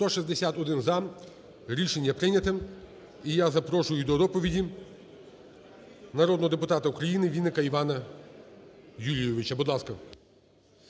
За-161 Рішення прийнято. І я запрошую до доповіді народного депутата УкраїниВінника Івана Юлійовича, будь ласка.